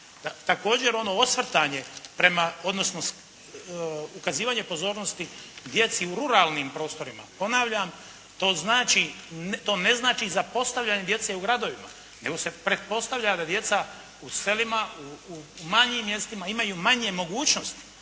Također ono osvrtanje prema odnosno ukazivanje pozornosti djeci u ruralnim prostorima, ponavljam to znači, to ne znači zapostavljanje djece u gradovima, nego se pretpostavlja da djeca u selima u manjim mjestima imaju manje mogućnosti